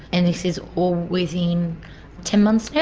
and this is all within ten months now.